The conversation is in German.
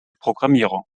programmierung